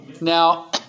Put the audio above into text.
Now